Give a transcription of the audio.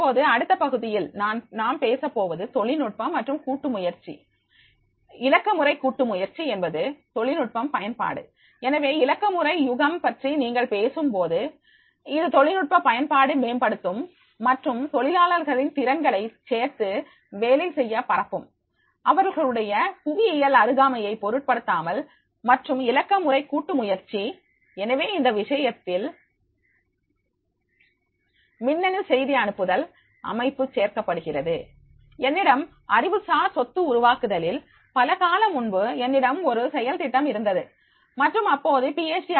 இப்போது அடுத்த பகுதியில் நாம் பேசப்போவது தொழில்நுட்பம் மற்றும் கூட்டு முயற்சி இலக்கமுறை கூட்டு முயற்சி என்பது தொழில்நுட்பம் பயன்பாடு எனவே இலக்கமுறை யுகம் பற்றி நீங்கள் பேசும்போது இது தொழில்நுட்ப பயன்பாடு மேம்படுத்தும் மற்றும் தொழிலாளர்களின் திறன்களை சேர்ந்து வேலை செய்ய பரப்பும் அவர்களுடைய புவிஇயல் அருகாமையை பொருட்படுத்தாமல் மற்றும் இலக்கமுறை கூட்டு முயற்சி எனவே இந்த விஷயத்தில் மின்னணு செய்தி அனுப்புதல் அமைப்பு சேர்க்கப்படுகிறது என்னிடம் அறிவுசார் சொத்து உருவாக்குதலில் பல காலம் முன்பு என்னிடம் ஒரு செயல் திட்டம் இருந்தது மற்றும் அப்போது பிஎச்டிPh